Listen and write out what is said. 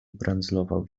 brandzlował